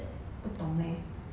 不懂 leh